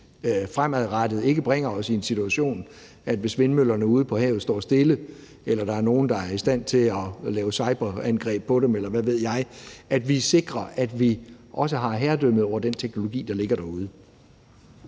fremadrettet ikke bringer os i en situation, i forhold til hvis vindmøllerne ude på havet står stille eller der er nogen, der er i stand til at lave cyberangreb på dem, eller hvad ved jeg, og at vi sikrer, at vi også har herredømmet over den teknologi, der ligger derude.